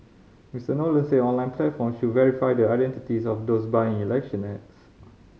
Mister Nolan said online platforms should verify the identities of those buying election ads